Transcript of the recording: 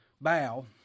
bow